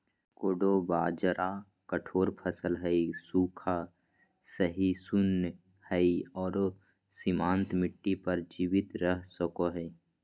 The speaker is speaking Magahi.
कोडो बाजरा कठोर फसल हइ, सूखा, सहिष्णु हइ आरो सीमांत मिट्टी पर जीवित रह सको हइ